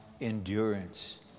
endurance